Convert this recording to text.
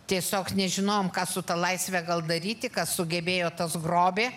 tiesiog nežinojom ką su ta laisve gal daryti kas sugebėjo tas grobė